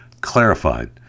clarified